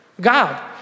God